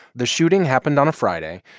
the shooting happened on a friday,